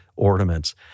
ornaments